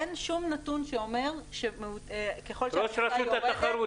אין שום נתון שאומר שככל שההכנסה יורדת,